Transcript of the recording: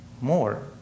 more